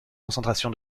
concentration